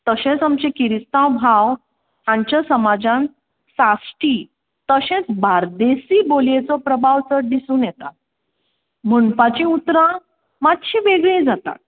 तशेंच आमचे किरिस्तांव भाव हांच्यो समाजान साश्टी तशेंच बार्देसी बोलयेचो प्रभाव चड दिसून येता म्हणपाचीं उतरां मातशीं वेगळीं जातात